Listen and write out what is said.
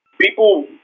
People